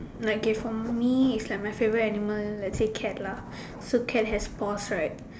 like okay for me it's like my favourite animal let's say cat lah so cat have paws right